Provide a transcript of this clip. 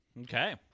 Okay